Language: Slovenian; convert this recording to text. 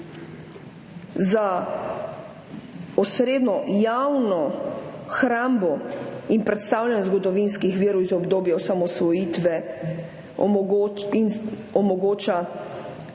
za osrednjo javno hrambo in predstavljanje zgodovinskih virov iz obdobja osamosvojitve omogoči